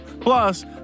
Plus